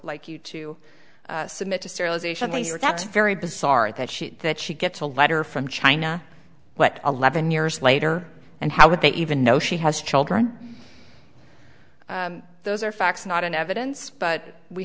like you to submit to sterilization lazer that's very bizarre that she that she gets a letter from china what eleven years later and how would they even know she has children those are facts not in evidence but we